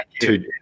two